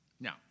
Now